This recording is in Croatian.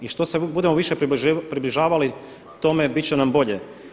I što se budemo više približavali tome bit će nam bolje.